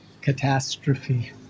catastrophe